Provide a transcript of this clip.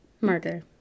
murder